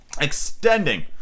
Extending